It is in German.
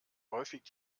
häufig